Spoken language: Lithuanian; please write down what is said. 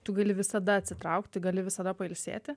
tu gali visada atsitraukt tu gali visada pailsėti